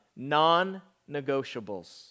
Non-negotiables